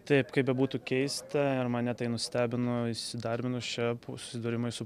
taip kaip bebūtų keista ir mane tai nustebino įsidarbinus čia buvo susidūrimai su